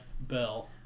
Bell